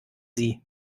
sie